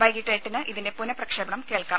വൈകിട്ട് എട്ടിന് ഇതിന്റെ പുനഃപ്രക്ഷേപണം കേൾക്കാം